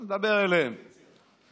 בסדר, עוד מעט נדבר גם עליהם.